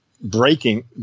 breaking –